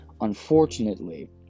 Unfortunately